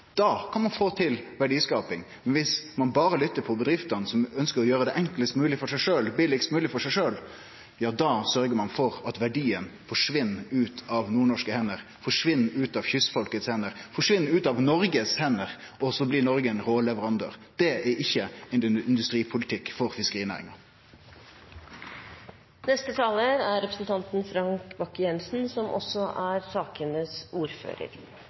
da kan ein få til verdiskaping. Viss ein berre lyttar til bedriftene, som ønskjer å gjere det enklast mogleg for seg sjølve, billigast mogleg for seg sjølve, ja, da sørgjer ein for at verdiane forsvinn ut av nordnorske hender, forsvinn ut av hendene på kystfolket, forsvinn ut av Noregs hender, og så blir Noreg ein råvareleverandør. Det er ikkje ein industripolitikk for